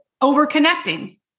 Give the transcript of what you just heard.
over-connecting